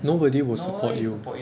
nobody will support you